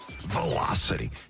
Velocity